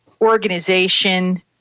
organization